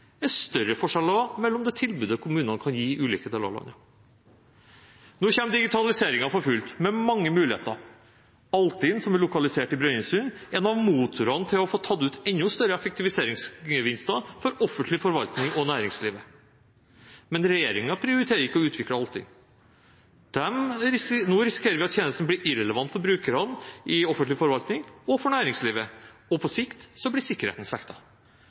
er større forskjeller mellom det tilbudet kommunene kan gi i ulike deler av landet. Nå kommer digitaliseringen for fullt, med mange muligheter. Altinn, som er lokalisert i Brønnøysund, er en av motorene i å få tatt ut enda større effektiviseringsgevinster for offentlig forvaltning og næringslivet. Men regjeringen prioriterer ikke å utvikle Altinn. Nå risikerer vi at tjenesten blir irrelevant for brukerne i offentlig forvaltning og for næringslivet, og på sikt blir